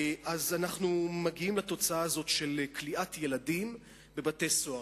אז אנחנו מגיעים לתוצאה הזאת של כליאת ילדים בבתי-סוהר.